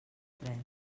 tres